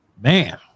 man